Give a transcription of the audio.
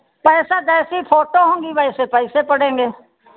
पैसा जैसी फ़ोटो होंगी वैसे पैसे पड़ेंगे